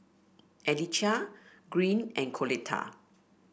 Alycia Green and Coletta